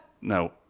No